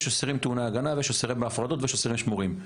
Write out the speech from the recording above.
יש אסירים טעוני הגנה ויש אסירים בהפרדות ואסירים שמורים.